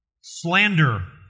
slander